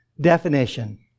definition